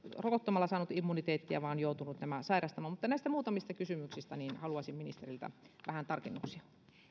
rokottamalla saanut immuniteettia vaan on joutunut nämä sairastamaan mutta näistä muutamista kysymyksistä haluaisin ministeriltä vähän tarkennuksia